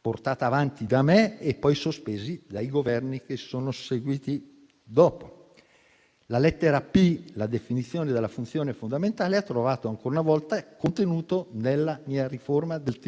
portata avanti da me e poi sospesa dai Governi che sono succeduti. La lettera *p)*, la definizione della funzione fondamentale, ha trovato ancora una volta contenuto nella mia riforma del